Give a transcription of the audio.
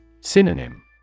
Synonym